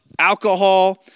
alcohol